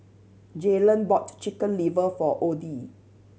Jaylan bought Chicken Liver for Oddie